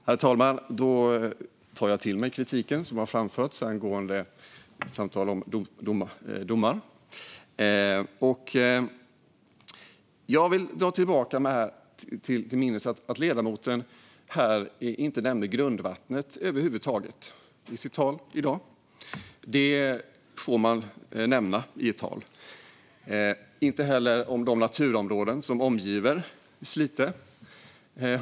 Herr talman! Jag tar till mig kritiken som framfördes angående det jag sa om domen. Jag drar mig till minnes att ledamoten inte nämnde grundvattnet i sitt tal. Det får man. Jag hörde inte heller något om de naturområden som omger Slite.